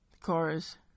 chorus